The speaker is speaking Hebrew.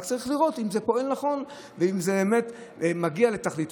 רק צריך לראות אם זה באמת נכון ואם זה באמת מגיע לתכליתו.